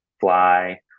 fly